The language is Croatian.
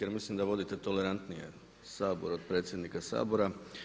Jer mislim da vodite tolerantnije Sabor od predsjednika Sabora.